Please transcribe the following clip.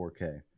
4k